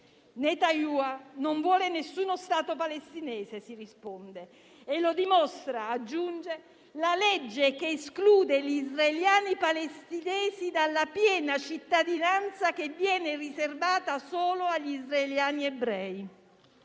Netanyahu non vuole nessuno Stato palestinese. Lo dimostra - aggiunge - la legge che esclude gli israeliani palestinesi dalla piena cittadinanza che viene riservata solo agli israeliani ebrei.